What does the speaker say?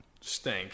stink